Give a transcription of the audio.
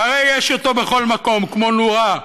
הרי יש אותו בכל מקום, כמו נורה,